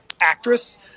actress